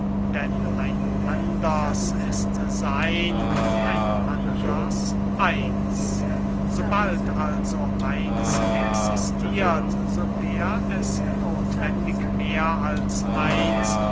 denn ein anders ist seyn ein anders eins sobald also eins existierte so wär es nothwendig mehr als eins